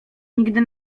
nigdy